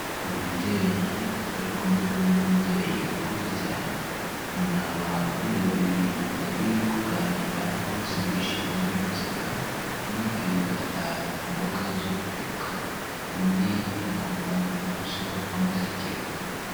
Umubyeyi ari kumwe n'undi mubyeyi ukuze cyane, ni ababyeyi babiri bari kuganira bose bishimye bari guseka, umwe ari gukata imboga zo guteka, undi ari kumureba mu maso amusekera.